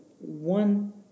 one